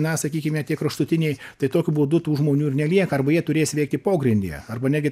na sakykime tie kraštutiniai tai tokiu būdu tų žmonių ir nelieka arba jie turės veikti pogrindyje arba negi